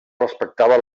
respectava